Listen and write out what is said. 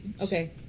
Okay